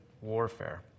warfare